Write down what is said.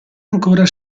ancora